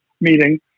meeting